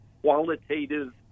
qualitative